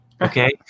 okay